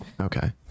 Okay